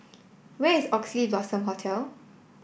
where is Oxley Blossom Hotel